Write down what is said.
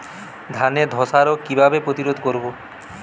ধানে ধ্বসা রোগ কিভাবে প্রতিরোধ করব?